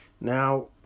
Now